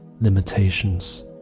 limitations